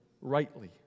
rightly